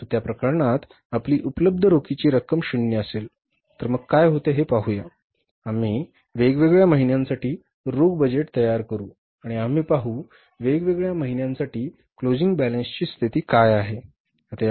परंतु त्या प्रकरणात आपली उपलब्ध रोखीची रक्कम शून्य असेल तर मग काय होते ते पाहूया आम्ही वेगवेगळ्या महिन्यांसाठी रोख बजेट तयार करू आणि आम्ही पाहू वेगवेगळ्या महिन्यांसाठी क्लोजिंग बॅलन्सची स्थिती काय आहे